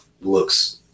looks